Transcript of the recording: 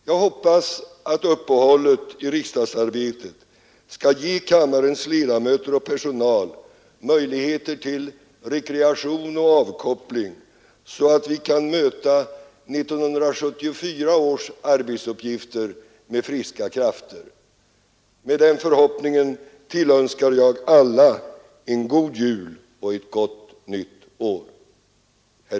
Jag hoppas att uppehållet i riksdagsarbetet skall ge kammarens ledamöter och personal möjlighet till rekreation och avkoppling så att vi kan möta 1974 års arbetsuppgifter med friska krafter. Med den förhoppningen tillönskar jag alla en god jul och ett gott nytt år.